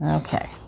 Okay